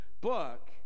book